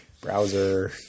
browser